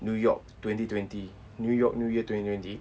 new york twenty twenty new york new year twenty twenty